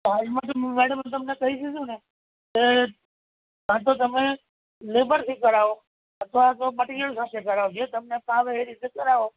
પ્રાઇસમાં તો મેડમ તમને કહી દીધું ને કે કાં તો તમે લેબરથી કરાવો અથવા તો મટીરીયલ સાથે કરાવો જે તમને ફાવે એ રીતે કરાવો